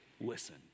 listen